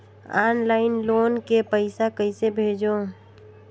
Online loan के पईसा कइसे भेजों?